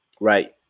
Right